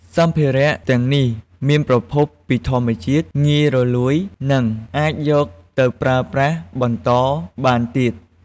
សម្ភារៈទាំងនេះមានប្រភពពីធម្មជាតិ ងាយរលួយ និងអាចយកទៅប្រើប្រាស់បន្តបានទៀត។